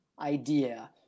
idea